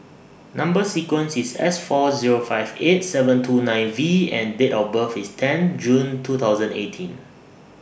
Number sequence IS S four Zero five eight seven two nine V and Date of birth IS ten June two thousand eighteen